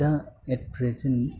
दा at present